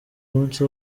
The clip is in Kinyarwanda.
munsi